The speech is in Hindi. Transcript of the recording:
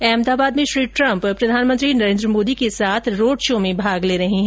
अहमदाबाद में श्री ट्रम्प प्रधानमंत्री नरेन्द्र मोदी के साथ रोड शो में भाग ले रहे है